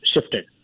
shifted